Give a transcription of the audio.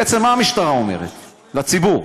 בעצם, מה המשטרה אומרת לציבור?